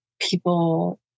people